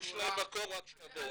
יש להם מקום רק שיבואו.